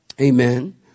Amen